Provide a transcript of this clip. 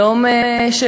יום של